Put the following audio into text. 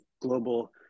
global